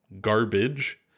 garbage